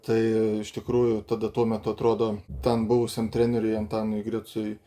tai iš tikrųjų tada tuo metu atrodo ten buvusiam treneriui antanui griciui